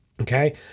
okay